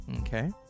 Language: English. okay